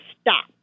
stop